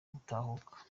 gutahuka